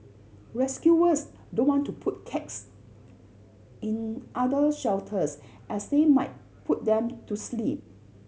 rescuers don't want to put cats in other shelters as they might put them to sleep